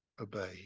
obey